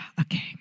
Okay